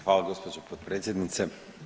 Hvala gospođo potpredsjednice.